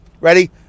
ready